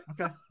Okay